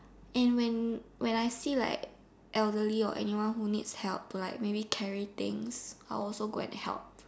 and when I see like elderly or anyone who needs help like maybe carry things I will also go and help